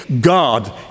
God